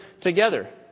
together